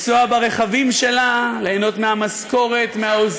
עברה בקריאה טרומית ועוברת לוועדת העבודה,